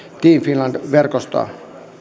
team finland verkostoa